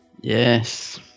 Yes